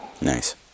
nice